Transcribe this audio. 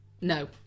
no